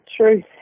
truth